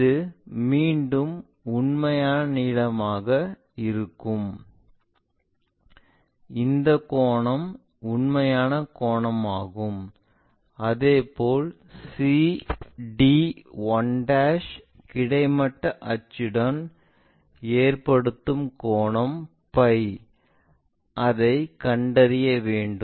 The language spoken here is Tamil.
இது மீண்டும் உண்மையான நீளமாக இருக்கும் இந்த கோணம் உண்மையான கோணமாகும் அதேபோல் c d 1 கிடைமட்ட அச்சிடும் ஏற்படுத்தும் கோணம் ஃபை அதை கண்டறிய வேண்டும்